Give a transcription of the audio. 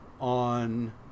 on